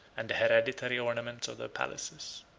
and the hereditary ornaments of their palaces.